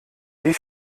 wie